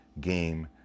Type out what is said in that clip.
game